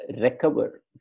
recover